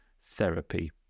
therapy